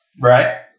Right